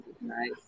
nice